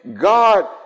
God